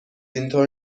اینطور